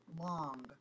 long